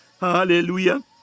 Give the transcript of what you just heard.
Hallelujah